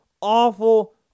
awful